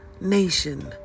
nation